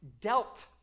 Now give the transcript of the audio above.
dealt